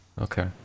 Okay